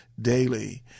daily